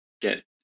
get